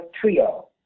trio